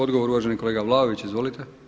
Odgovor uvaženi kolega Vlaović, izvolite.